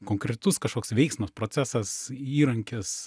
konkretus kažkoks veiksmas procesas įrankis